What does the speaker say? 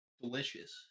delicious